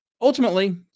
ultimately